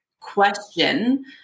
question